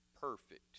perfect